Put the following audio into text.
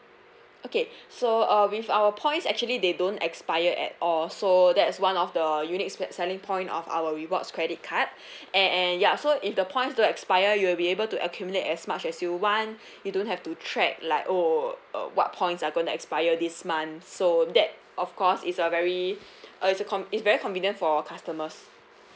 okay so uh with our points actually they don't expire at all so that's one of the unique spe~ selling point of our rewards credit card and ya so if the points don't expire you'll be able to accumulate as much as you want you don't have to track like oh uh what points are going to expire this month so that of course is a very uh it's a con~ it's very convenient for customers